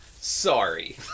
sorry